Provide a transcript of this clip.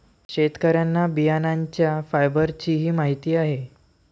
शेतकऱ्यांना बियाण्यांच्या फायबरचीही माहिती आहे